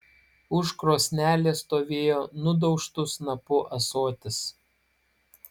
už krosnelės stovėjo nudaužtu snapu ąsotis